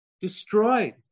destroyed